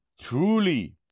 Truly